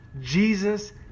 Jesus